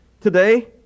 Today